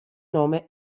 nome